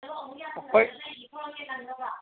ꯑꯩꯈꯣꯏ